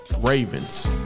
Ravens